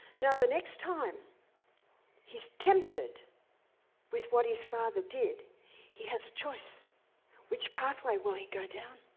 now, the next time he's tempted with what his father did he has a choice which pathway will he go down.